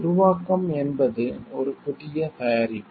உருவாக்கம் என்பது ஒரு புதிய தயாரிப்பு